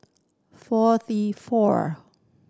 forty four